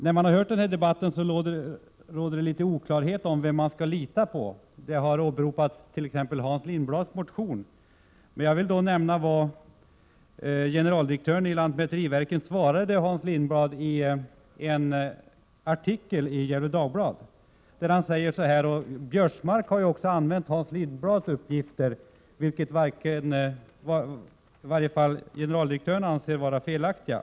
Sedan man hört den här debatten råder det litet oklarhet om vem man skall lita på. T. ex. har Hans Lindblads motion åberopats. Jag vill då nämna vad generaldirektören i lantmäteriverket svarade Hans Lindblad i en artikel i Gefle Dagblad. Också Karl-Göran Biörsmark har använt Hans Lindblads 105 uppgifter, som i varje fall generaldirektören anser vara felaktiga.